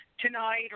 tonight